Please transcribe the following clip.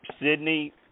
Sydney